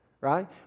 right